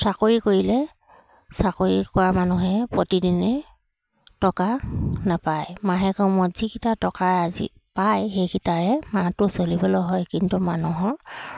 চাকৰি কৰিলে চাকৰি কৰা মানুহে প্ৰতিদিনে টকা নাপায় মাহেকৰ মূৰত যিকেইটা টকা আজি পায় সেইকেইটাৰে মাহটো চলিবলৈ হয় কিন্তু মানুহৰ